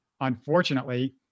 Unfortunately